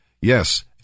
Yes